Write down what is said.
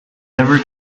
never